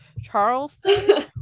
charleston